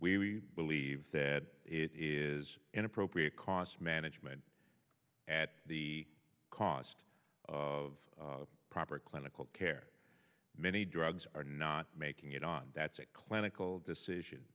we believe that it is an appropriate cost management at the cost of proper clinical care many drugs are not making it on that's a clinical decision